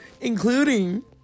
Including